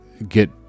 get